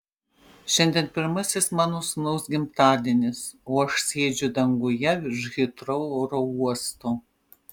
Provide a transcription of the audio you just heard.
šiandien pirmasis mano sūnaus gimtadienis o aš sėdžiu danguje virš hitrou oro uosto